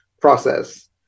process